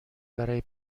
برای